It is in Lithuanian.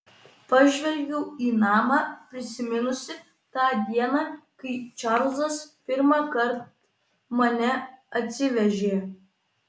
pažvelgiau į namą prisiminusi tą dieną kai čarlzas pirmąkart mane atsivežė